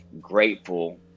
grateful